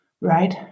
right